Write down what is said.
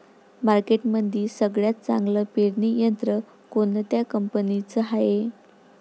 मार्केटमंदी सगळ्यात चांगलं पेरणी यंत्र कोनत्या कंपनीचं हाये?